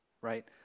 right